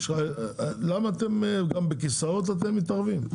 גם בכיסאות אתם מתערבים?